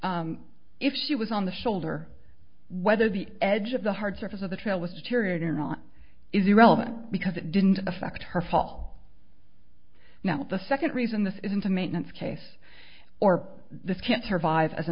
if she was on the shoulder whether the edge of the hard surface of the trail with deteriorating or not is irrelevant because it didn't affect her fall now the second reason this isn't a maintenance case or this can't survive as a